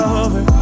over